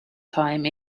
time